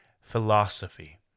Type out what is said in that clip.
philosophy